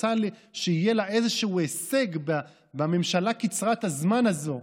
רוצה שיהיה לה איזשהו הישג בממשלה קצרת הזמן הזאת,